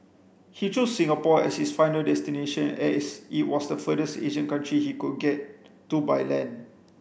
he chose Singapore as his final destination as it was the furthest Asian country he could get to by land